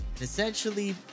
Essentially